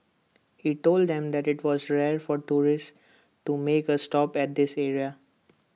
he told them that IT was rare for tourists to make A stop at this area